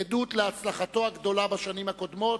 עדות להצלחתו הגדולה בשנים הקודמות,